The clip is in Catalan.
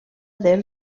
del